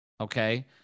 Okay